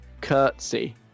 curtsy